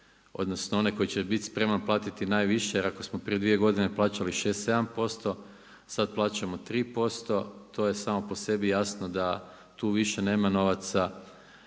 odnosno onaj koji će biti spreman platiti najviše. Jer ako smo prije godine plaćali 6, 7% sad plaćamo 3% to je samo po sebi jasno da tu više nema novaca